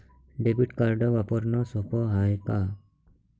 Debit card वापरणं सोप हाय का?